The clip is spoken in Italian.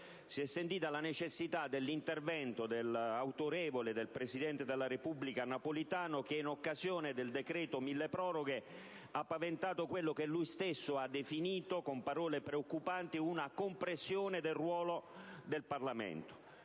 Si è sentita la necessità dell'intervento autorevole del presidente della Repubblica Napolitano, che, in occasione del decreto milleproroghe, ha paventato quella che lui stesso ha definito, con parole preoccupanti, una compressione del ruolo del Parlamento.